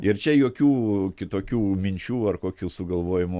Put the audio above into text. ir čia jokių kitokių minčių ar kokių sugalvojimų